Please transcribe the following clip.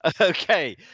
okay